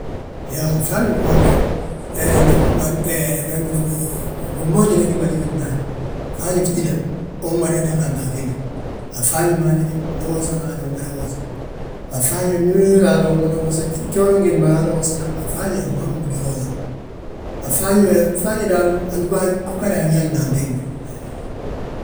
Iyoo, fŧafñi foo fe, gimboonjina fi ma lígir ndaani, fŧafñi ftída, unmada daganti a fi ma. A fŧafñi ma hatíde, ndi wosi raana umada wose, a fŧafñe ndi wili raana umada wosa gjif, ndi gjooran giindi raana wosana, a fŧafñi ma a fmaafi ungi fwosa mo. A fŧafñi, fŧafñi daal antúga fgadu a añaanna antiimbi.